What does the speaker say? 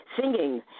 singing